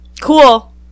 Cool